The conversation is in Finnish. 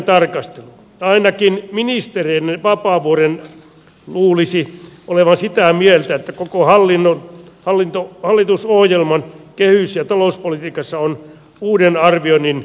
ainakin ministeri vapaavuoren luulisi olevan sitä mieltä että koko hallitusohjelman kehys ja talouspolitiikassa on uuden arvioinnin paikka